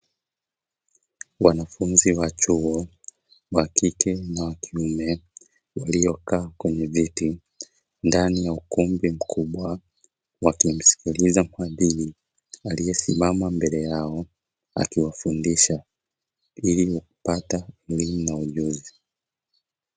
Wanafunzi wa chuo wa kike na wa kiume, waliokaa kwenye viti, ndani ya ukumbi mkubwa, wakimsikiliza mhadhiri aliyesimama mbele yao akiwafundisha ili kupata elimu na ujuzi.